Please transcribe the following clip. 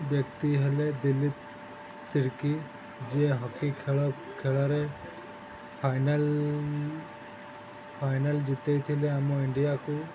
ବ୍ୟକ୍ତି ହେଲେ ଦିଲ୍ଲୀ ତିର୍କି ଯିଏ ହକି ଖେଳ ଖେଳରେ ଫାଇନାଲ ଫାଇନାଲ ଜିତେଇଥିଲେ ଆମ ଇଣ୍ଡିଆକୁ